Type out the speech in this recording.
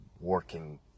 working